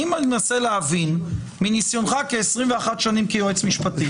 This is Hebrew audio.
אני מנסה להבין מניסיונך ב-21 שנים כיועץ משפטי,